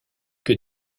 que